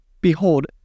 Behold